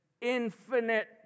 infinite